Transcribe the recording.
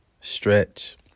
Stretch